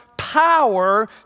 power